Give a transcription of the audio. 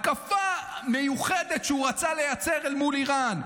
התקפה מיוחדת שהוא רצה לייצר אל מול איראן.